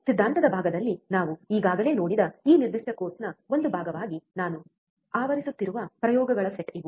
ಸಿದ್ಧಾಂತದ ಭಾಗದಲ್ಲಿ ನಾವು ಈಗಾಗಲೇ ನೋಡಿದ ಈ ನಿರ್ದಿಷ್ಟ ಕೋರ್ಸ್ನ ಒಂದು ಭಾಗವಾಗಿ ನಾನು ಆವರಿಸುತ್ತಿರುವ ಪ್ರಯೋಗಗಳ ಸೆಟ್ ಇವು